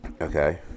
Okay